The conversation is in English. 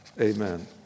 amen